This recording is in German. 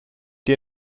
die